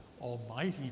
almighty